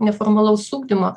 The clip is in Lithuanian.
neformalaus ugdymo